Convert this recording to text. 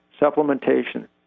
supplementation